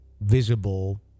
visible